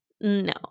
no